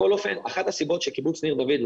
אחת הסיבות שקיבוץ ניר דוד,